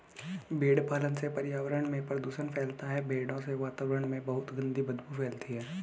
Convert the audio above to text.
भेड़ पालन से पर्यावरण में प्रदूषण फैलता है भेड़ों से वातावरण में बहुत गंदी बदबू फैलती है